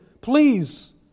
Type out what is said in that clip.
Please